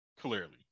clearly